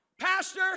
Pastor